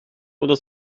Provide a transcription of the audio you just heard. oder